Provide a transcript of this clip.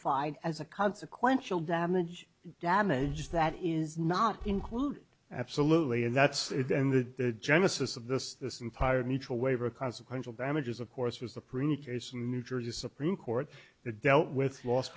fine as a consequential damage damage that is not included absolutely and that's the genesis of this this entire mutual waiver consequential damages of course was the pretty case in new jersey supreme court that dealt with